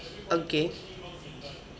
okay